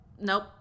nope